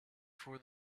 for